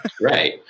Right